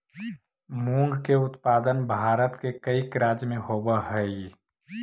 मूंग के उत्पादन भारत के कईक राज्य में होवऽ हइ